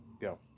go